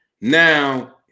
Now